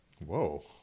Whoa